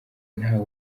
ntawe